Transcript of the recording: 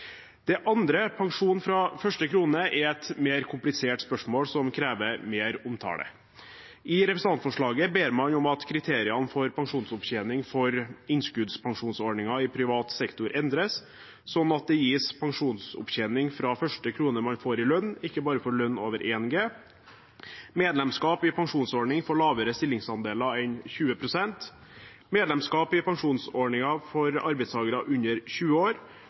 Det andre, pensjon fra første krone, er et mer komplisert spørsmål som krever mer omtale. I representantforslaget ber man om at kriteriene for pensjonsopptjening for innskuddspensjonsordningen i privat sektor endres, slik at det gis pensjonsopptjening fra første krone man får i lønn – ikke bare for lønn over 1 G – samt medlemskap i pensjonsordning for lavere stillingsandeler enn 20 pst., medlemskap i pensjonsordninger for arbeidstakere under 20 år